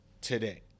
today